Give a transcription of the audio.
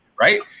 Right